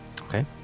Okay